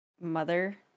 mother